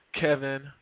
Kevin